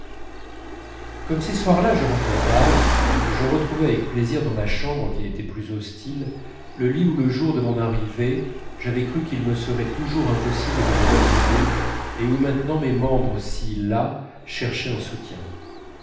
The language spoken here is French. comme ces soirs là je rentrais plus tard je retrouvais avec plaisir dans ma chambre qui n'était plus hostile le lit où le jour de mon arrivée j'avais cru qu'il me serait toujours impossible de me reposer et où maintenant mes membres si las cherchaient un soutien